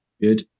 good